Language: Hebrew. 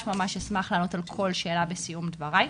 ממש אשמח לענות על כל שאלה בסיום דבריי.